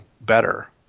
better